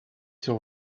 sur